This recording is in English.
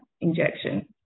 injection